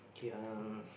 okay um